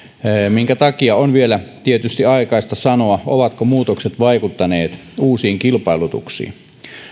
minkä takia on vielä tietysti aikaista sanoa ovatko muutokset vaikuttaneet uusiin kilpailutuksiin